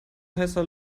heißer